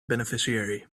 beneficiary